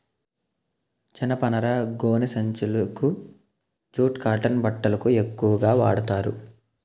జనపనార గోనె సంచులకు జూట్ కాటన్ బట్టలకు ఎక్కువుగా వాడతారు